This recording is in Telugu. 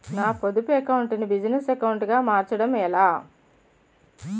నా పొదుపు అకౌంట్ నీ బిజినెస్ అకౌంట్ గా మార్చడం ఎలా?